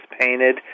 painted